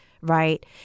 right